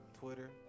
Twitter